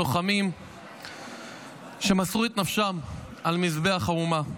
לוחמים שמסרו את נפשם על מזבח האומה.